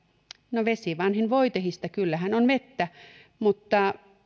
no vesi vanhin voitehista kyllähän on vettä mutta